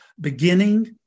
beginning